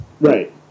Right